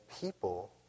people